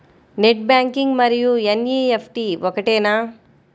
Net banking మరియు NEFT ఒకటేనా?